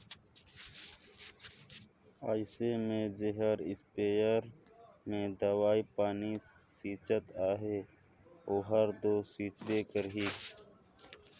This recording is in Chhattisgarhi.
अइसे में जेहर इस्पेयर में दवई पानी छींचत अहे ओहर दो छींचबे करही